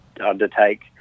undertake